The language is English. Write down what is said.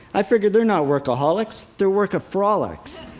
i figured, they're not workaholics. they're workafrolics.